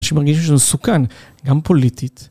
אנשים מרגישים שזה מסוכן, גם פוליטית.